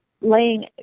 laying